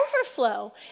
overflow